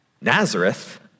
Nazareth